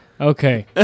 Okay